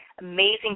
Amazing